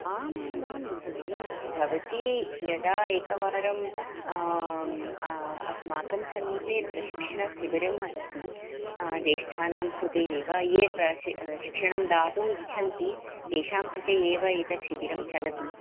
आमामां भगिनि भवती यदा एकवारम् अस्माकं समीपे प्रशिक्षणशिबिरम् अस्ति ज्येष्ठानां कृते एव ये प्रशिक्षणं दातुम् इच्छन्ति तेषां कृते एव एतत् शिबिरं चलति